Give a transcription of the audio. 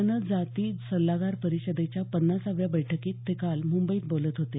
जनजाती सल्लागार परिषदेच्या पन्नासाव्या बैठकीत ते काल मुंबईत बोलत होते